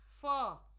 Four